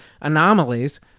anomalies